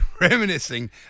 Reminiscing